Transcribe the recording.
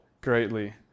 greatly